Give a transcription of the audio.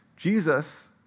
Jesus